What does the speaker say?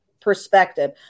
perspective